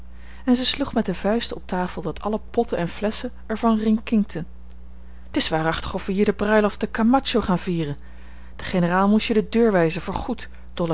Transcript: en zij sloeg met de vuisten op tafel dat alle potten en flesschen er van rinkinkten t is waarachtig of we hier de bruiloft te camacho gaan vieren de generaal moest je de deur wijzen voor